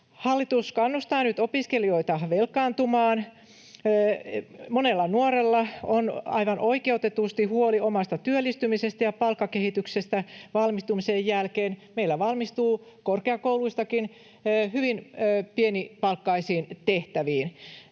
Hallitus kannustaa nyt opiskelijoita velkaantumaan. Monella nuorella on aivan oikeutetusti huoli omasta työllistymisestään ja palkkakehityksestään valmistumisen jälkeen. Meillä valmistutaan korkeakouluistakin hyvin pienipalkkaisiin tehtäviin.